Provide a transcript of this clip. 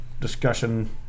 discussion